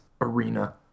arena